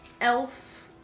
elf